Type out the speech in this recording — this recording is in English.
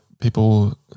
people